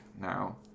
now